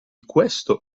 questo